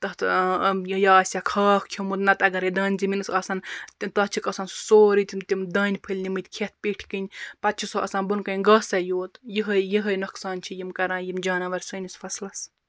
تَتھ یہِ آسٮ۪کھ ہاکھ کھیوٚمُت نَتہٕ اگر دانہِ زمیٖنَس آسَن تہٕ تَتھ چھِکھ آسان سُہ سوروٚے تِم تِم دانہِ پھٕلۍ نِمٕتۍ کھیٚتھ پیٹھۍ کِن پتہٕ چھُ سُہ آسان بۄن کَنۍ گاسَے یوت یِہَے یِہَے نۄقصان چھِ یِم کران یِم جاناوار سٲنِس فصلَس